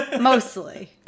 mostly